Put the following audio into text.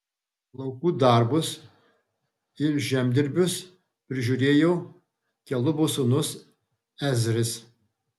laukų darbus ir žemdirbius prižiūrėjo kelubo sūnus ezris